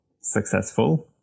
successful